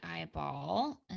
eyeball